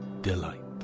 delight